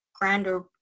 grander